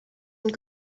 une